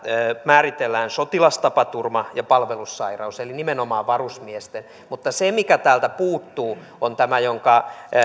määritellään sotilastapaturma ja palvelussairaus eli nimenomaan varusmiesten mutta se mikä täältä puuttuu on tämä minkä